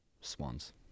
swans